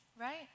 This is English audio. right